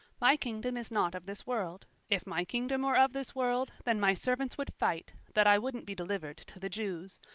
my kingdom is not of this world. if my kingdom were of this world, then my servants would fight, that i wouldn't be delivered to the jews.